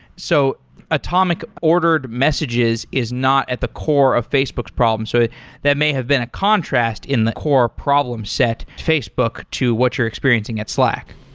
so atomic ordered messages is not at the core of facebook's problem. so that may have been a contrast in the core problem set facebook to what you're experiencing at slack.